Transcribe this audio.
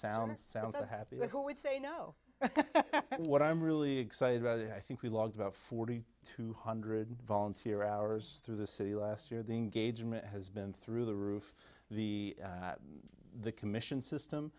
sound so happy they always say you know what i'm really excited about it i think we logged about forty two hundred volunteer hours through the city last year the engagement has been through the roof the the commission system